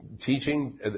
teaching